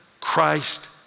Christ